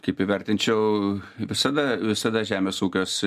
kaip įvertinčiau visada visada žemės ūkiuos